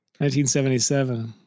1977